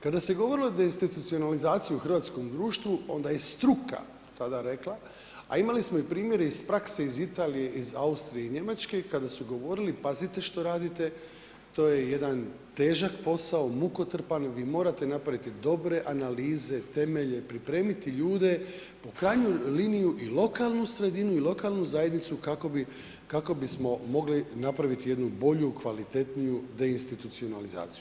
Kada se govorilo da deinstitucionalizaciju u hrvatskom društvu, onda je struka tada rekla, a imali smo i primjere iz prakse iz Italije, iz Austrije i Njemačke, kada su govorili pazite što radite, to je jedan težak posao, mukotrpan, vi morate napraviti dobre analize, temelje, pripremiti ljude, u krajnjoj liniji i lokalnu sredinu i lokalnu zajednicu kako bismo mogli napraviti jednu bolju, kvalitetniju deinstitucionalizaciju.